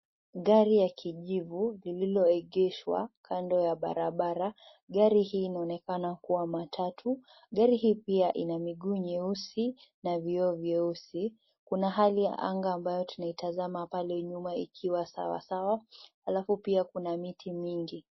Gari la kijivu lilioegeshwa kando ya barabara. Gari hii inaonekana kua matatu. Gari hii pia ina miguu nyeusi na vyoo nyeusi. Kuna hali ya anga ambayo tunaitazama pale nyuma ikiwa sawa sawa. Alafu pia kuna miti mingi.